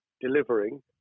delivering